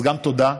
אז תודה.